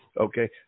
Okay